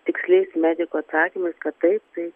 tiksliais medikų atsakymais kad taip tai